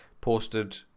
posted